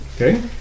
Okay